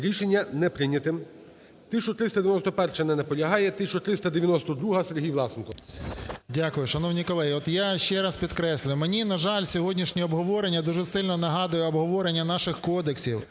Рішення не прийнято. 1391-а. Не наполягає. 1392-а. Сергій Власенко. 13:03:33 ВЛАСЕНКО С.В. Дякую. Шановні колеги, от, я ще раз підкреслюю. Мені, на жаль, сьогоднішнє обговорення дуже сильно нагадує обговорення наших кодексів.